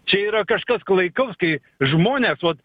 čia yra kažkas klaikaus kai žmonės vat